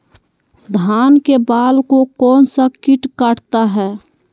धान के बाल को कौन सा किट काटता है?